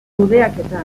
kudeaketa